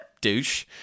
douche